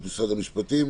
הבריאות,